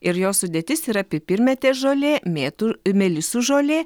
ir jos sudėtis yra pipirmėtės žolė mėtų melisų žolė